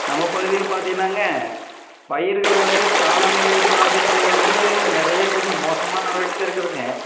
நம்ம பகுதியில் பார்த்திங்கன்னாங்க பயிர்களை வந்து காலநிலை பாதிப்பில் வந்து நிறைய கொஞ்சம் மோசமாக நடவடிக்கைதான் இருக்குதுங்க